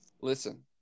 Listen